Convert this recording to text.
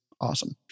Awesome